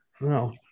No